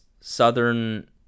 Southern